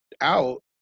out